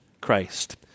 Christ